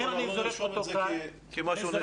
לכן אני זורק אותו כאן, אין.